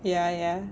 ya ya